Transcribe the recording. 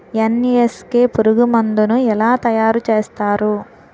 NSK పురుగు మందు ను ఎలా తయారు చేస్తారు?